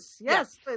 yes